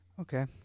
Okay